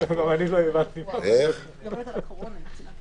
המטרה השנייה זה הקמת מאגר שבין היתר,